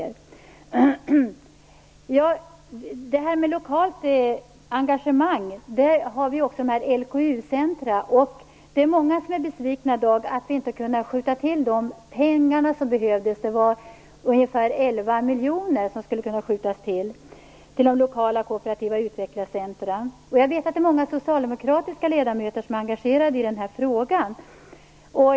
När det gäller lokalt engagemang vill jag också ta upp LKU-centren. Det är många som i dag är besvikna över att vi inte kunnat skjuta till de pengar som behövdes - ungefär 11 miljoner - till de lokala kooperativa utvecklingscentren. Jag vet att många socialdemokratiska ledamöter är engagerade i den här frågan.